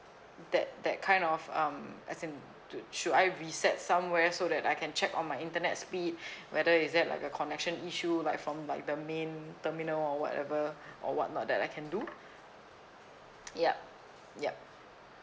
that that kind of um as in do should I reset somewhere so that I can check on my internet speed whether is there like a connection issue like from like the main terminal or whatever or whatnot that I can do yup yup